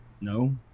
No